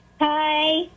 Hi